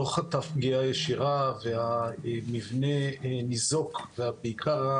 לא חטף פגיעה ישירה והמבנה ניזוק ובעיקר,